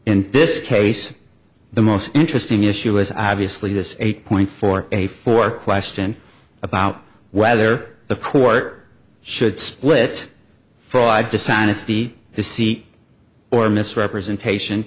in this case the most interesting issue is obviously this eight point four a four question about whether the court should split fraud dishonesty the sea or misrepresentation